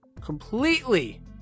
Completely